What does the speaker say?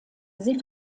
sie